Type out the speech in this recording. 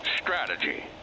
strategy